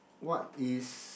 what is